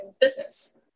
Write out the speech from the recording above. business